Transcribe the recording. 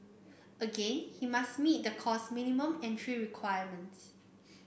again he must meet the course minimum entry requirements